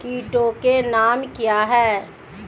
कीटों के नाम क्या हैं?